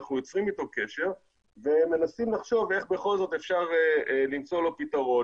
אנחנו יוצרים אתו קשר ומנסים לחשוב איך בכל זאת אפשר למצוא לו פתרון,